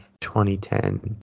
2010